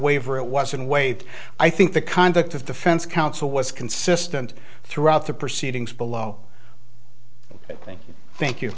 waiver it was an waived i think the conduct of defense counsel was consistent throughout the proceedings below thank you thank you